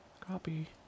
copy